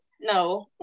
no